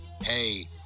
hey